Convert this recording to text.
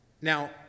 Now